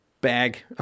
bag